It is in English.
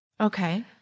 Okay